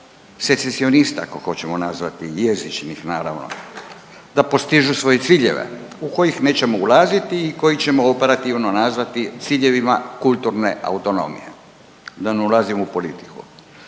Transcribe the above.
secesionista, ako hoćemo nazvati, jezičnih naravno, da postižu svoje ciljeve u kojih nećemo ulaziti i koji ćemo operativno nazvati ciljevima kulturne autonomije, da ne ulazim i politiku.